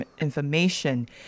information